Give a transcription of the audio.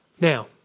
Now